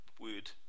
word